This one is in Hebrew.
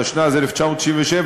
התשנ"ז 1997,